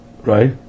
right